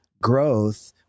growth